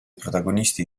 protagonisti